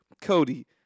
Cody